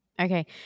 Okay